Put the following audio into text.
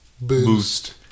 Boost